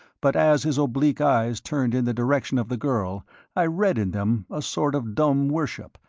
but as his oblique eyes turned in the direction of the girl i read in them a sort of dumb worship,